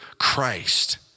Christ